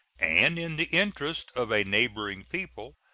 and in the interest of a neighboring people,